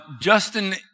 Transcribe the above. Justin